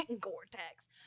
Gore-Tex